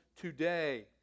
today